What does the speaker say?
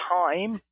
time